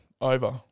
over